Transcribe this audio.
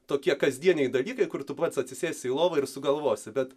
tokie kasdieniai dalykai kur tu pats atsisėsi į lovą ir sugalvosi bet